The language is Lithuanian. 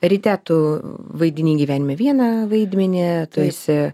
ryte tu vaidini gyvenime vieną vaidmenį tu esi